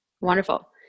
Wonderful